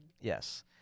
Yes